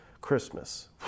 Christmas